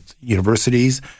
universities